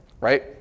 right